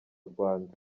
rwanda